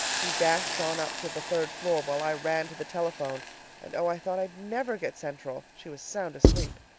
he dashed on up to the third floor while i ran to the telephone and oh, i thought i'd never get central! she was sound asleep.